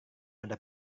ada